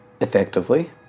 Effectively